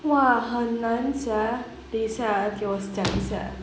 !wah! 很难 sia 等下给我想一下